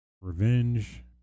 revenge